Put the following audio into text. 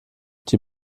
die